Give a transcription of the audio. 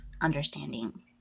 understanding